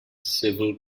civil